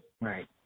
right